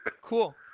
Cool